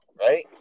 right